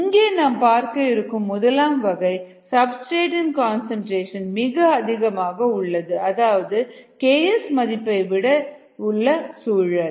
இங்கே நாம் பார்க்க இருக்கும் முதலாம் வகை சப்ஸ்டிரேட் இன் கன்சன்ட்ரேஷன் மிக அதிகமாக உள்ளது அதாவது Ks மதிப்பைவிட என்ற சூழல்